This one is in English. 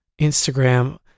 Instagram